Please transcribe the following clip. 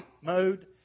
mode